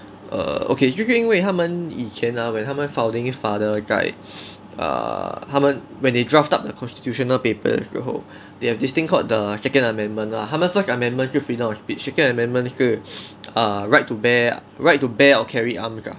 err okay 就是因为他们以前 ah when 他们 founding father 在 err 他们 when they draft up the constitutional papers 的时候 they have this thing called the second amendment lah 他们 first amendments 是 freedom of speech second amendment 是 err right to bear right to bear or carry arms lah